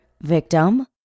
victim